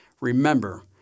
Remember